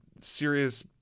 serious